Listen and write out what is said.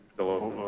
hello,